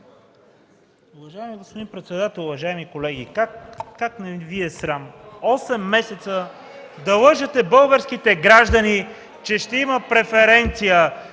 Уважаеми господин председател, уважаеми колеги! Как не Ви е срам осем месеца да лъжете българските граждани, че ще има преференция?